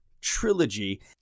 trilogy